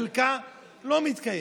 חלקה לא מתקיימת,